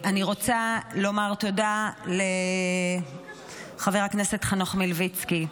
אני רוצה לומר תודה לחבר הכנסת חנוך מלביצקי,